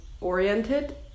oriented